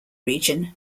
region